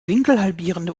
winkelhalbierende